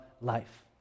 life